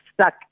stuck